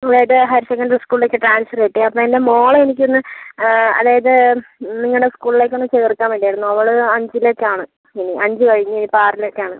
അതായത് higher secondary സ്കൂളിലേക്ക് transfer കിട്ടിയത് അപ്പം എൻ്റെ മോളെ എനിക്കൊന്ന് അതായത് നിങ്ങളുടെ സ്കൂളിലേക്ക് ഒന്ന് ചേർക്കാൻ വേണ്ടി ആയിരുന്നു അവൾ അഞ്ചിലേക്കാണ് ഇനി അഞ്ച് കഴിഞ്ഞ് ഇനി ആറിലേക്കാണ്